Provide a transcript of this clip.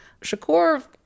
Shakur